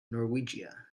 norwegia